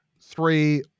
three